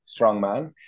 strongman